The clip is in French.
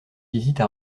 visites